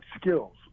skills